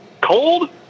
cold